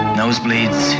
nosebleeds